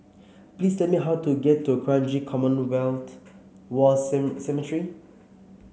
please tell me how to get to Kranji Commonwealth War Cemetery